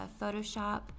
Photoshop